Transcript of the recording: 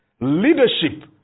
leadership